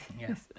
Yes